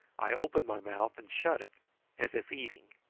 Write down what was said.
i opened my mouth and shut it as if eating.